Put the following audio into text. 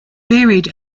buried